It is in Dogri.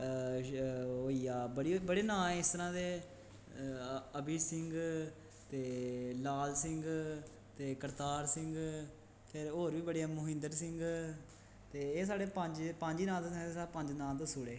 होईया बड़े नांऽ इस तरां दे अभी सिंह् ते लाल सिंह ते करतार सिंह् ते होर बी बड़े नै मोहिन्द्र सिंह् ते एह् साढ़े पंज नां दसी ओड़े